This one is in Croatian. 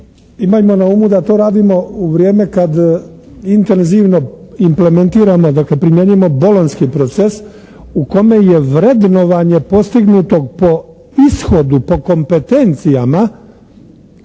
imajmo na umu da to radimo u vrijeme kad intenzivno implementirano dakle primjenjujemo Bolonjski proces u kome je vrednovanje postignutog po ishodu, po kompetencijama